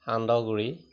সান্দহগুড়ি